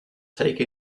take